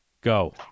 Go